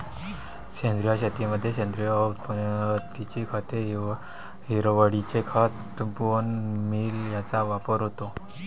सेंद्रिय शेतीमध्ये सेंद्रिय उत्पत्तीची खते, हिरवळीचे खत, बोन मील यांचा वापर होतो